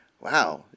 Wow